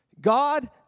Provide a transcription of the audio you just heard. God